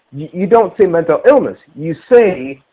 you don't say mental illness, you say,